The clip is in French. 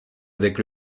avec